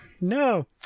No